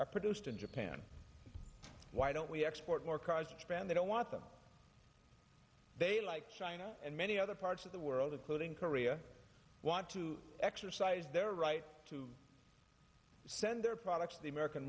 are produced in japan why don't we export more cars expand they don't want them they like china and many other parts of the world including korea want to exercise their right to send their products the american